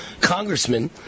congressman